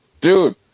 dude